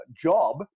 job